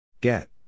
Get